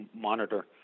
monitor